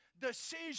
decision